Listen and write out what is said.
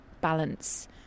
balance